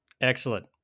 Excellent